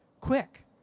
Quick